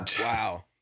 Wow